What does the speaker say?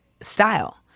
style